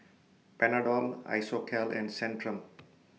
Panadol Isocal and Centrum